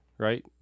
Right